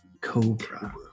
Cobra